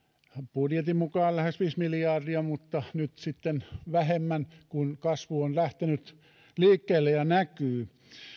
budjetin mukaan lähes viisi miljardia mutta nyt sitten vähemmän kun kasvu on lähtenyt liikkeelle ja näkyy